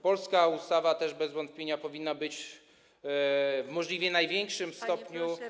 Polska ustawa też bez wątpienia powinna być w możliwie największym stopniu.